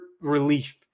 relief